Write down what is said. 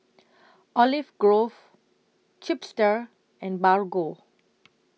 Olive Grove Chipster and Bargo